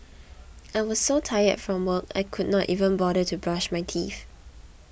I was so tired from work I could not even bother to brush my teeth